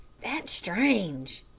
that's strange,